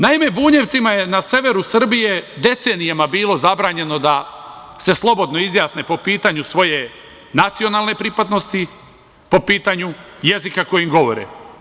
Naime, Bunjevcima je na severu Srbije decenijama bilo zabranjeno da se slobodno izjasne po pitanju svoje nacionalne pripadnosti, po pitanju jezika kojim govore.